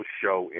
show